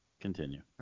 Continue